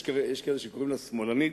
יש כאלה שקוראים לה שמאלנית,